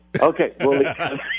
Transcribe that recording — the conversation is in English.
Okay